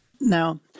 Now